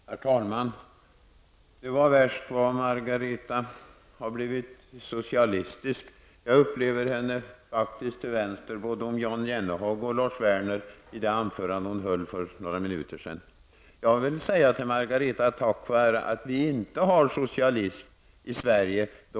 Herr talman! Det var värst vad Margareta Winberg har blivit socialistisk. Jag upplever det som att hon står till vänster om både Jan Jennehag och Lars Werner, att döma av det anförande som hon höll för några minuter sedan. Tack för att vi inte har socialism i Sverige, Margareta Winberg.